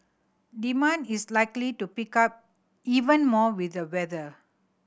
demand is likely to pick up even more with the weather